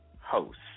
host